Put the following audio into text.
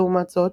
לעומת זאת,